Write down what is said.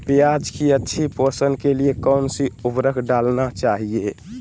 प्याज की अच्छी पोषण के लिए कौन सी उर्वरक डालना चाइए?